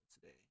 today